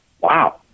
wow